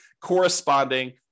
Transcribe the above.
corresponding